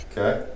Okay